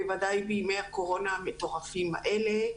בוודאי בימי הקורונה המטורפים האלה.